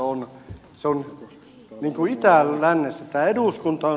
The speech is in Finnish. se on niin kuin itä lännessä